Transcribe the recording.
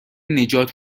نجات